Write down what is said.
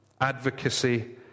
advocacy